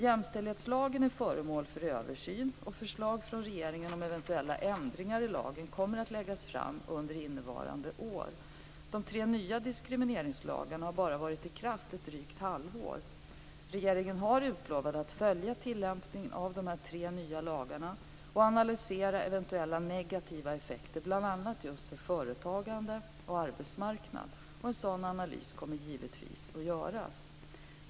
Jämställdhetslagen är föremål för översyn, och förslag från regeringen om eventuella ändringar i lagen kommer att läggas fram under innevarande år. De tre nya diskrimineringslagarna har bara varit i kraft drygt ett halvår. Regeringen har utlovat att följa tillämpningen av de tre nya lagarna och analysera eventuella negativa effekter för bl.a. företagande och arbetsmarknad. En sådan analys kommer givetvis att göras.